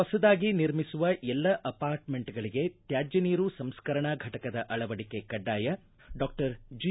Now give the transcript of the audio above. ಹೊಸದಾಗಿ ನಿರ್ಮಿಸುವ ಎಲ್ಲ ಅಪಾರ್ಟ್ಮೆಂಟ್ಗಳಿಗೆ ತ್ಯಾಜ್ಯ ನೀರು ಸಂಸ್ಕರಣಾ ಘಟಕದ ಅಳವಡಿಕೆ ಕಡ್ಡಾಯ ಡಾಕ್ಷರ್ ಜಿ